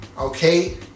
okay